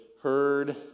heard